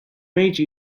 made